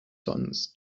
sons